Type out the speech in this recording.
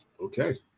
Okay